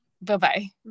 Bye-bye